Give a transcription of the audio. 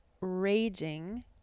raging